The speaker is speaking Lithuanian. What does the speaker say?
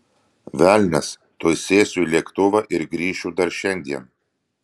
velnias tuoj sėsiu į lėktuvą ir grįšiu dar šiandien